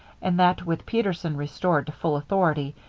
and that with peterson restored to full authority,